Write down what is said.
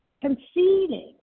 conceding